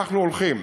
אנחנו הולכים